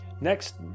Next